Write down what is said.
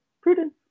prudence